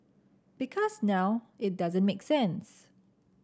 because now it doesn't make sense